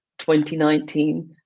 2019